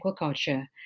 Aquaculture